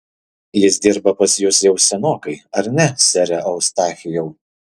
jis dirba pas jus jau senokai ar ne sere eustachijau